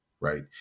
Right